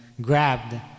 grabbed